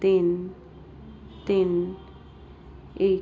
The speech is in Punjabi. ਤਿੰਨ ਤਿੰਨ ਇੱਕ